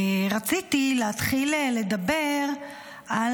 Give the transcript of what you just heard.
רציתי להתחיל לדבר על